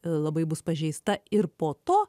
labai bus pažeista ir po to